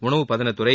உணவு பதனத்துறை